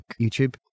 YouTube